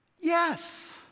yes